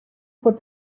put